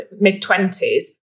mid-twenties